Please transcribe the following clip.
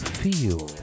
feel